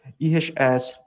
EHS